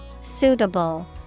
Suitable